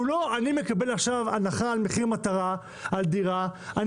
הוא לא כזה שאני מקבל עכשיו הנחה על מחיר מטרה על דירה בה